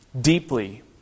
deeply